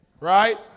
Right